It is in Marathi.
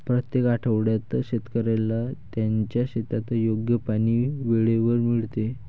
प्रत्येक आठवड्यात शेतकऱ्याला त्याच्या शेतात योग्य पाणी वेळेवर मिळते